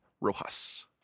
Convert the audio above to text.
Rojas